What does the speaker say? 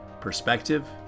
perspective